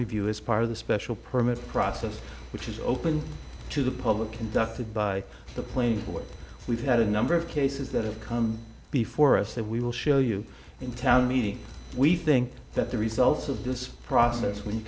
review as part of the special permit process which is open to the public conducted by the plain board we've had a number of cases that have come before us that we will show you in town meeting we think that the results of this process when you